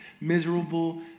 miserable